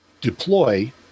deploy